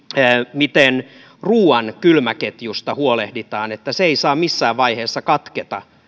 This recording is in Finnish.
miten ruuan kylmäketjusta huolehditaan että se ei saa missään vaiheessa katketa